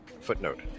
Footnote